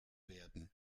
werden